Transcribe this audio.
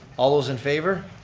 all those in favor.